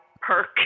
perk